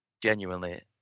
genuinely